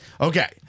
Okay